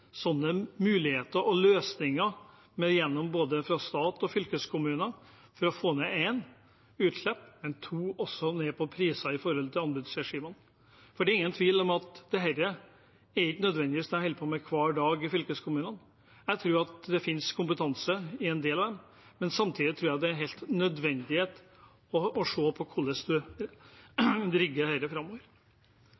muligheter og løsninger gjennom både stat og fylkeskommuner for å få ned 1) utslipp og også 2) priser i anbudsregimene. Det er ingen tvil om at dette er ikke nødvendigvis det man holder på med hver dag i fylkeskommunene. Jeg tror det finnes kompetanse i en del av dem, men samtidig tror jeg det er helt nødvendig å se på hvordan